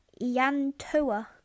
Yantoa